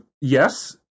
yes